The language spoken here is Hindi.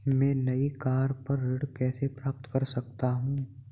मैं नई कार पर ऋण कैसे प्राप्त कर सकता हूँ?